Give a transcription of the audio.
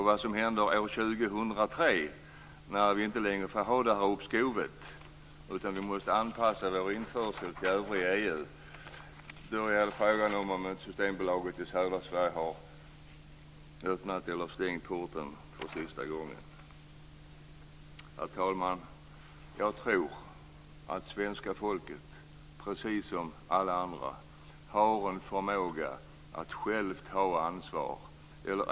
Vad händer år 2003, när vi inte längre får ha uppskovet utan måste anpassa våra införselregler till de som gäller i övriga EU-länder? Frågan är om inte Systembolaget i södra Sverige då har öppnat eller stängt porten för sista gången. Herr talman! Jag tror att svenska folket, precis som alla andra, har en förmåga att självt ta ansvar.